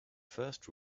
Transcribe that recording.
first